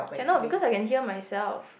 cannot because I can hear myself